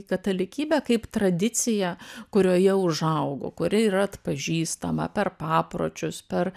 katalikybę kaip tradiciją kurioje užaugo kuri yra atpažįstama per papročius per